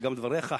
וגם דבריך,